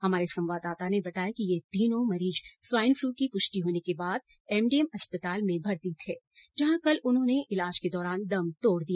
हमारे संवाददाता ने बताया कि ये तीनों मरीज स्वाइन फ्लू की पुष्टि होने के बाद एमडीएम अस्पताल में भर्ती थे जहां कल उन्होंने इलाज के दौरान दम तोड़ दिया